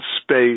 space